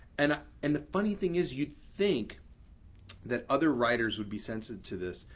and ah and the funny thing is you'd think that other writers would be sensitive to this,